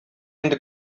инде